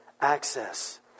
access